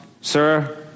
sir